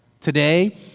Today